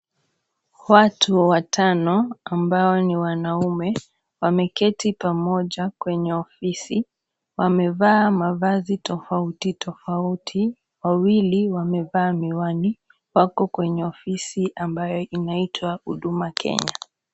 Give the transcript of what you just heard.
Watu watano, ambao ni wanaume, wameketi pamoja kwenye ofisi, wamevaa mavazi tofauti tofauti, wawili wamevaa miwani, wako kwenye ofisi ambayo inaitwa Huduma Kenya.